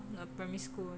the primary school